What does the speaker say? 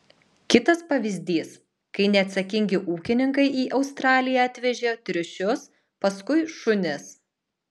kitas pavyzdys kai neatsakingi ūkininkai į australiją atvežė triušius paskui šunis